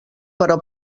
però